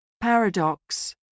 paradox